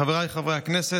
חבריי חברי הכנסת,